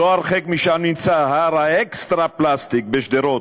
לא הרחק משם נמצא הר ה"אקסטרא פלסטיק" בשדרות,